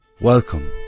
Welcome